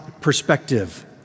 perspective